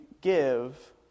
give